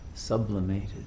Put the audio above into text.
Sublimated